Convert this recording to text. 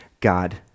God